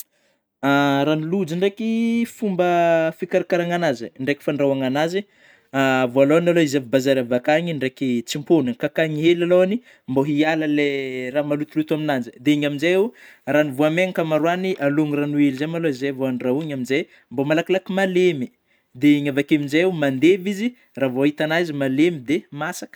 Raha ny lôjy ndraiky, fômba fikararakaragna an'azy eh, ndraiky fandrahoagna an'azy, vôalohany alo izy avy bazary avy akany igny ndraiky tsimponigna kakany hely alohany mbo hiala le raha malotoloto amin'azy, de igny amin'nizey oh, raha ny voamainy akamaroagny alogna ragno hely zay malô izy vao andrahoana amin'izay mbo malakilaky malemy, dia iny avy akeo amzay izy mandevy izy, raha vao hitan'azy malemy dia masaka.